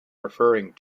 referring